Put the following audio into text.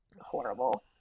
horrible